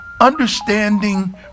understanding